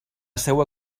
seua